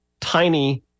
tiny